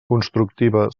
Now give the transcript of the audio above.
constructiva